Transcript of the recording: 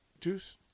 juice